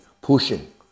pushing